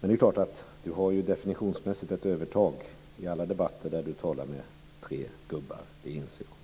Det är klart att Karin Pilsäter definitionsmässigt har ett övertag i alla debatter där hon talar med tre gubbar. Det inser jag.